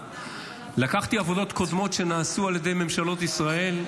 לקחתי עבודות קודמות שנעשו על ידי ממשלות ישראל,